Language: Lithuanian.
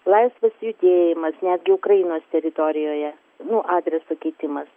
laisvas judėjimas netgi ukrainos teritorijoje nu adreso keitimas